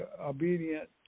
obedient